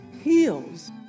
heals